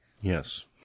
Yes